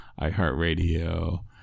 iHeartRadio